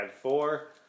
four